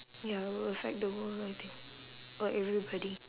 ya will affect the world I think or everybody